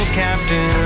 captain